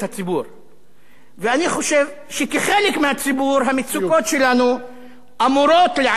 אני חושב שכחלק מהציבור המצוקות שלנו אמורות לעניין את כלל הציבור.